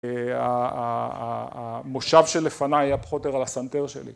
המושב שלפניי היה פחות או יותר על הסנטר שלי.